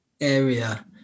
area